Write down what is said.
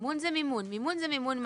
מימון זה מימון מלא.